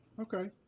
Okay